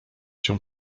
cię